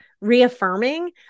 reaffirming